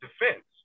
defense